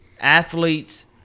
athletes